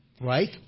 right